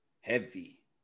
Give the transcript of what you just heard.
Heavy